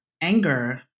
anger